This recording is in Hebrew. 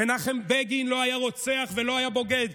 מנחם בגין לא היה רוצח ולא היה בוגד.